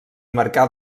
marcà